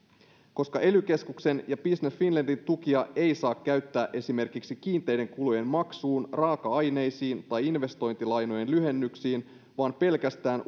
koska ely keskuksen ja business finlandin tukia ei saa käyttää esimerkiksi kiinteiden kulujen maksuun raaka aineisiin tai investointilainojen lyhennyksiin vaan pelkästään